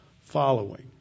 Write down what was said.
following